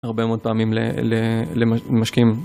הרבה מאוד פעמים למשקיעים.